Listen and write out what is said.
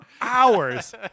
hours